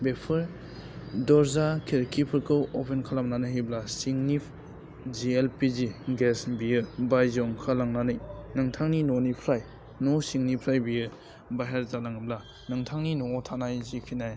बेफोर दर्जा खिरखिफोरखौ अपेन खालामनानै होयोब्ला सिंनि जि एलपिजि गेस बियो बायजोआव ओंखारलांनानै नोंथांनि न'निफ्राय न' सिंनिफ्राय बेयो बाहेर जानाङोब्ला नोंथांनि न'वाव थानाय जिखिनि